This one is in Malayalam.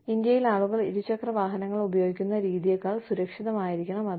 ഇന്ത്യയിൽ ആളുകൾ ഇരുചക്രവാഹനങ്ങൾ ഉപയോഗിക്കുന്ന രീതിയേക്കാൾ സുരക്ഷിതമായിരിക്കണം അത്